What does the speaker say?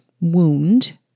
Wound